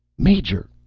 major!